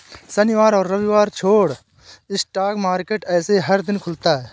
शनिवार और रविवार छोड़ स्टॉक मार्केट ऐसे हर दिन खुलता है